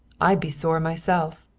i'd be sore myself.